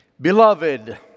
Beloved